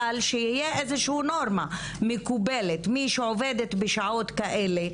אבל שתהיה איזושהי נורמה מקובלת מי שעובדת בשעות כאלה,